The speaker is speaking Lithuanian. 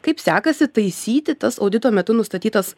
kaip sekasi taisyti tas audito metu nustatytas